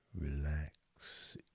relax